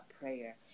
prayer